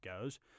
goes